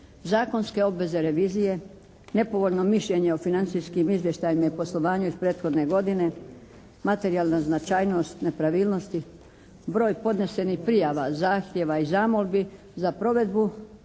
zakonske obveze revizije, nepovoljno mišljenje o financijskim izvještajima i poslovanju iz prethodne godine, materijalna značajnost nepravnilnosti, broj podnesenih prijava, zahtjeva i zamolbi za provedbu